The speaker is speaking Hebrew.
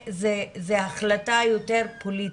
זה החלטה יותר פוליטית.